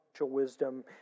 wisdom